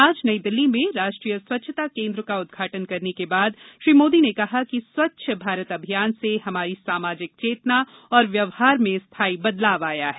आज नई दिल्ली में राष्ट्रीय स्वच्छता केंद्र का उदघाटन करने के बाद श्री मोदी ने कहा कि स्वच्छ भारत अभियान से हमारी सामाजिक चेतना और व्यवहार में स्थायी बदलाव आया है